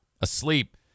asleep